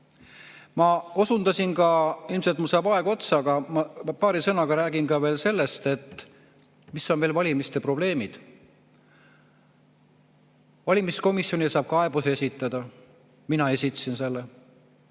Ma osundasin ka … Ilmselt mul saab aeg otsa, aga ma paari sõnaga räägin ka sellest, mis on veel valimiste probleemid. Valimiskomisjonile saab kaebuse esitada, mina esitasin selle.